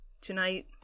tonight